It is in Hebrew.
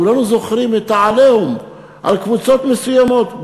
כולנו זוכרים את ה"עליהום" על קבוצות מסוימות,